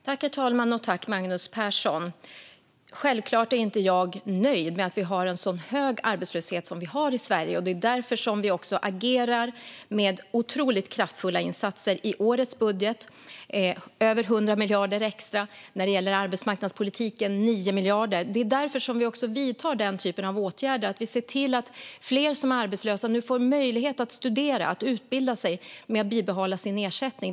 Herr talman! Självklart är jag inte nöjd med att vi har en så hög arbetslöshet som vi har i Sverige. Det är därför vi också agerar med otroligt kraftfulla insatser - i årets budget över 100 miljarder extra, när det gäller arbetsmarknadspolitiken 9 miljarder. Det är därför vi vidtar den typen av åtgärder att vi ser till att fler som är arbetslösa nu får möjlighet att studera och utbilda sig med bibehållen ersättning.